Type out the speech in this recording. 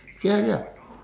ya ya